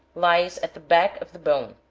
lies at the back of the bone,